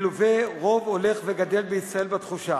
רוב הולך וגדל בישראל מלווה בתחושה